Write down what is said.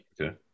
Okay